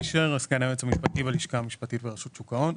סגן היועץ המשפטי, הלשכה המשפטית, רשות שוק ההון,